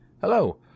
Hello